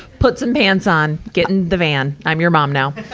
put some pants on! get in the van. i'm your mom now.